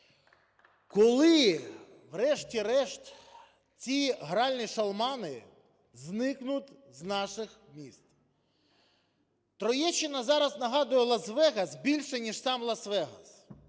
Коли врешті-решт ці гральні "шалмани" зникнуть з наших міст? Троєщина зараз нагадує Лас-Вегас більше ніж сам Лас-Вегас.